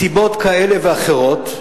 מסיבות כאלה ואחרות,